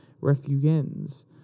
refugees